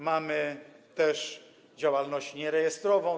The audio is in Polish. Mamy też działalność nierejestrowaną.